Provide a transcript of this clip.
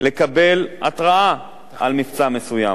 לקבל התרעה על מבצע מסוים.